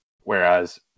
Whereas